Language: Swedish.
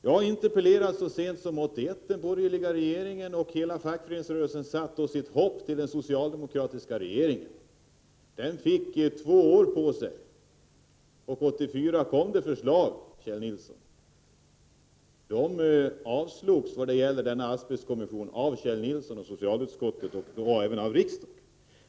Jag har interpellerat i frågan så sent som 1981 under den borgerliga regeringen. Hela fackföreningsrörelsen satte sitt hopp till den socialdemokratiska regeringen. Den fick två år på sig. År 1984 kom då förslag, Kjell Nilsson. Men förslaget vad gäller asbestkommissionen avstyrktes av socialutskottet, och därmed av Kjell Nilsson, och avslogs av riksdagen.